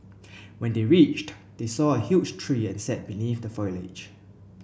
when they reached they saw a huge tree and sat beneath the foliage